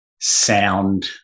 sound